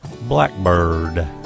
Blackbird